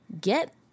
get